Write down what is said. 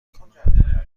کنم